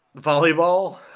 Volleyball